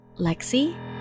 Lexi